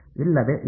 ಇಲ್ಲವೇ ಇಲ್ಲ